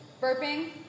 burping